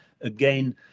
again